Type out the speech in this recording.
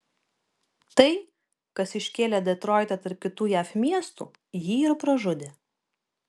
tai kas iškėlė detroitą tarp kitų jav miestų jį ir pražudė